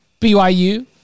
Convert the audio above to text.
BYU